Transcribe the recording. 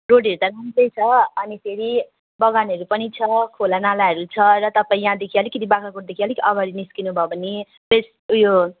रोडहरू त राम्रै छ अनिखेरि बगानहरू पनि छ खोलानालाहरू छ र तपाईँ यहाँदेखि अलिकति बाग्राकोटदेखि अलिक अगाडि निस्किनु भयो भने उयो